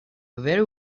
very